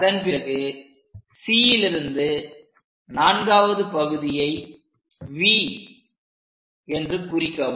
அதன்பிறகு C லிருந்து நான்காவது பகுதியை V என்று குறிக்கவும்